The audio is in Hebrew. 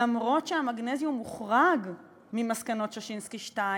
אף-על-פי שהמגנזיום הוחרג ממסקנות ששינסקי 2,